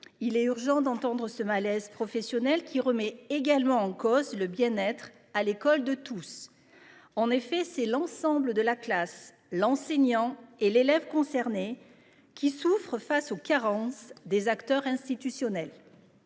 Il est urgent d’entendre ce malaise professionnel qui remet en cause le bien être de tous à l’école. En effet, c’est l’ensemble de la classe, l’enseignant et l’élève concerné qui souffrent face aux carences des acteurs institutionnels.